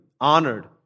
honored